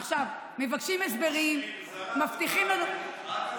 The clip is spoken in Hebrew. עכשיו, מבקשים הסברים, מבטיחים לנו, מה זאת אומרת?